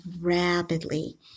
rapidly